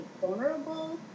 vulnerable